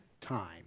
time